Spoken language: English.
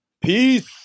Peace